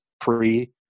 pre